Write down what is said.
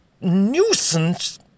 nuisance